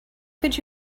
could